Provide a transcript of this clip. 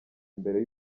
imbere